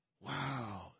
Wow